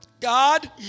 God